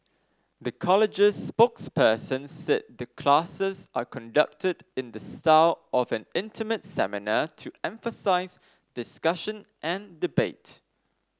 the college's spokesperson said the classes are conducted in the style of an intimate seminar to emphasise discussion and debate